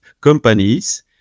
companies